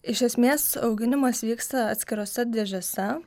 iš esmės auginimas vyksta atskirose dėžėse